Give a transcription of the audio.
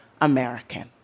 American